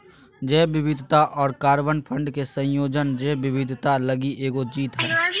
जैव विविधता और कार्बन फंड के संयोजन जैव विविधता लगी एगो जीत हइ